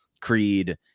Creed